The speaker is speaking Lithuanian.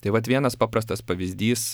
taip vat vienas paprastas pavyzdys